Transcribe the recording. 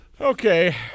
Okay